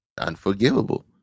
unforgivable